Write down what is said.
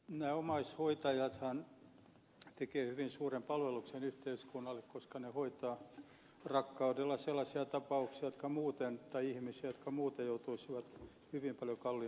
nämä omaishoitajathan tekevät hyvin suuren palveluksen yhteiskunnalle koska he hoitavat rakkaudella sellaisia ihmisiä jotka muuten joutuisivat hyvin paljon kalliimpaan laitoshoitoon